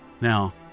Now